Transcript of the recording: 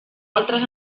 altres